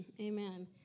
Amen